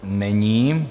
Není.